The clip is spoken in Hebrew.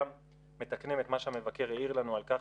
גם מתקנים את מה שהמבקר העיר לנו על כך